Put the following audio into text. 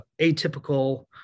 atypical